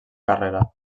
carrera